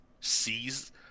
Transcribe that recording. sees